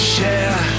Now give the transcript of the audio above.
Share